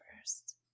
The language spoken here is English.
first